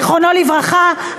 זיכרונו לברכה,